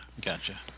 gotcha